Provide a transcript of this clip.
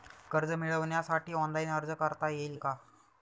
कर्ज मिळविण्यासाठी ऑनलाइन अर्ज करता येईल का?